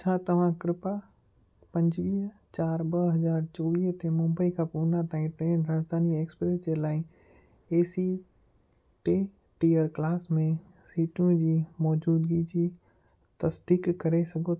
छा तव्हां कृपा पंजवी्ह चार ॿ हज़ार चोवीह ते मुम्बई खां पूना ताईं ट्रेन राजधानी एक्सप्रेस जे लाइ एसी टे टीअर क्लास में सीटूं जी मौजूदगी जी तसदीक़ु करे सघो